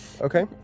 okay